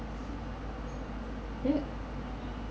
you